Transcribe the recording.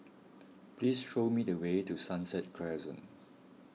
please show me the way to Sunset Crescent